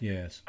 Yes